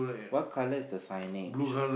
what colour is the signage